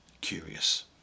curious